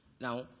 Now